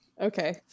Okay